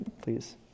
please